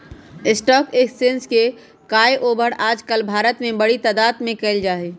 stock exchange के काएओवार आजकल भारत में बडी तादात में कइल जा हई